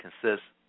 consists